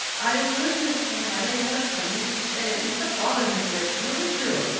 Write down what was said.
i learned this from my late husband. he used to say it. it used to bother me, but it's really true.